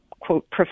quote